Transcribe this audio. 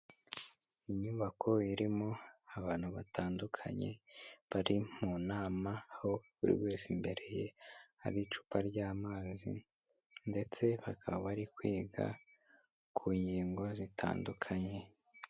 Inyubako irimo abantu batandukanye bari mu nama aho buri wese imbere ye hari icupa ry'amazi, ndetse bakaba bari kwiga ku ngingo zitandukanye.